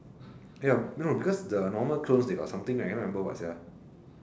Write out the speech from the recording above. ya no because the normal clones they got something I cannot remember what sia